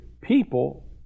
people